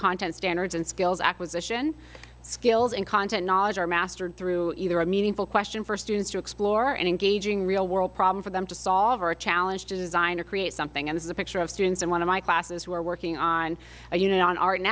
content standards and skills acquisition skills and content mastered through either a meaningful question for students to explore engaging real world problem for them to solve a challenge design or create something and this is a picture of students in one of my classes who are working on a unit on ar